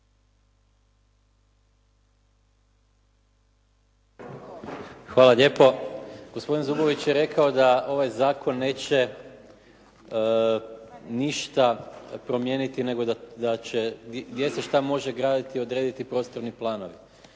Hvala lijepo. Gospodin Zubović je rekao da ovaj zakon neće ništa promijeniti, nego da će gdje se šta može graditi, odrediti prostorni planovi.